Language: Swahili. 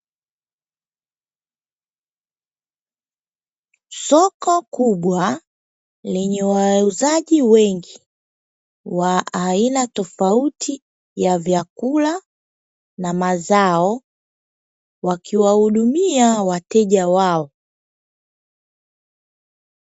Soko kubwa lenye wauzaji wengi wa aina tofauti ya vyakula na mazao, wakiwahudumia wateja wao.